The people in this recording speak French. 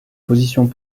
positions